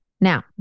Now